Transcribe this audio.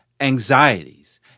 anxieties